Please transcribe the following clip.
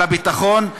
על הביטחון,